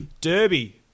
Derby